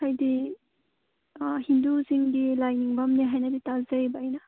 ꯍꯥꯏꯗꯤ ꯍꯤꯟꯗꯨꯁꯤꯡꯒꯤ ꯂꯥꯏꯅꯤꯡꯐꯝꯅꯦ ꯍꯥꯏꯅꯗꯤ ꯇꯥꯖꯩꯌꯦꯕ ꯑꯩꯅ